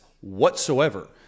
whatsoever